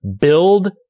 build